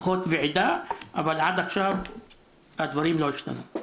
עד עכשיו לא קיבלנו תשובה והדברים לא השתנו.